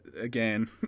again